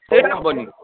ସେ ହେବନି